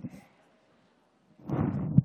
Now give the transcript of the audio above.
היושב-ראש,